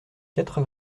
quatre